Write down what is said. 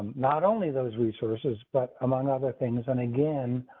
not only those resources, but among other things and again,